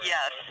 Yes